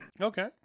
Okay